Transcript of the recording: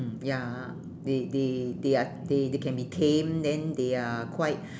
mm ya they they they are they they can be tamed then they are quite